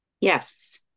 Yes